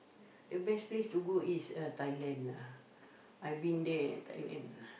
the best place to go is uh Thailand lah I been there Thailand